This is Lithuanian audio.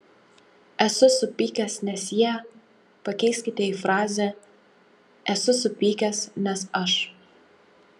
esu supykęs nes jie pakeiskite į frazę esu supykęs nes aš